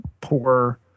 poor